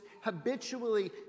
habitually